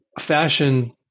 fashion